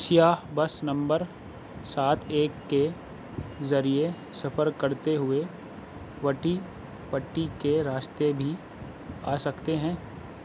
سیاح bus number سات ایک کے ذریعے سفر کرتے ہوئے وٹی پٹی کے راستے بھی آ سکتے ہیں